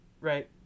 right